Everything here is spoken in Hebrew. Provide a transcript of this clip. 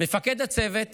מפקד הצוות